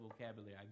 vocabulary